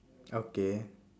okay